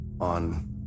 on